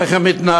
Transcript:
איך הם מתנהגים,